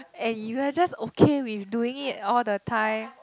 and you are just okay with doing it all the time